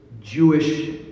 Jewish